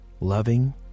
loving